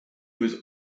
was